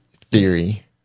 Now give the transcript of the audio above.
theory